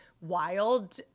wild